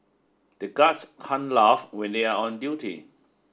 the guards can't laugh when they are on duty